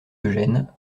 eugène